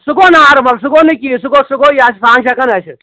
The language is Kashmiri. سُہ گوٚو نارمَل سُہ گوٚو نہٕ کِہیٖنۍ سُہ گوٚو سُہ گوٚو یہِ سُہ ہَن چھِ ہٮ۪کان ٲسِتھ